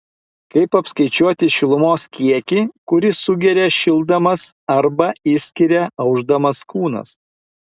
kaip apskaičiuoti šilumos kiekį kurį sugeria šildamas arba išskiria aušdamas kūnas